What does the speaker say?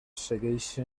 segueixen